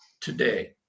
today